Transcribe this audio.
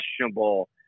questionable